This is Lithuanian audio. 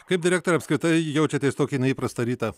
kaip direktoriau apskritai jaučiatės tokį neįprastą rytą